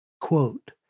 Quote